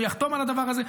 והוא יחתום על הדבר הזה,